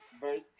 Verse